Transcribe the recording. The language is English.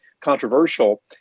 controversial